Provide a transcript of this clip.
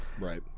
right